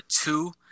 two